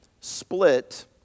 split